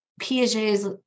Piaget's